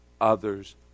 other's